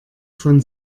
von